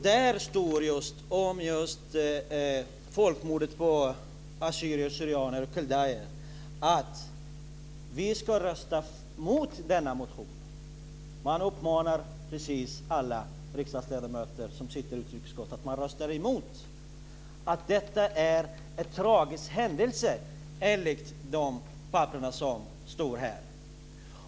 Där står det om folkmordet på assyrier/syrianer och kaldéer att vi ska rösta mot denna motion. Man uppmanar precis alla riksdagsledamöter som sitter i utrikesutskottet att rösta mot. Man säger att detta är en tragisk händelse, enligt de papper som finns här.